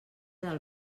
del